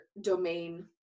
domain